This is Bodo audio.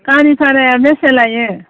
गारि भाराया बेसे लायो